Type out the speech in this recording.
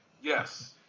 Yes